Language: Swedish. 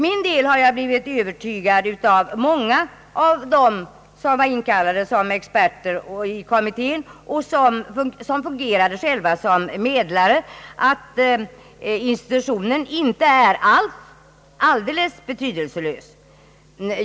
Själv har jag blivit övertygad av många av dem som var inkallade såsom experter åt kommittén och som själva fungerade som medlare om att institutionen inte är alldeles betydelselös.